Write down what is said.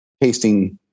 tasting